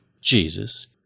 Jesus